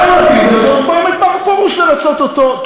פעם לפיד לרצות אותו, ופעם את מר פרוש לרצות אותו.